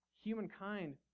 humankind